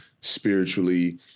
spiritually